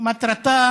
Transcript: מטרתו